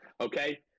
okay